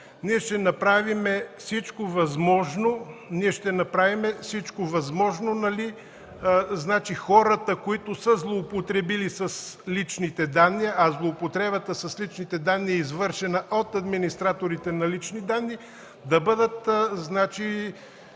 Ще направим всичко възможно хората, които са злоупотребили с личните данни, а злоупотребата с личните данни е извършена от администраторите на личните данни, да бъдат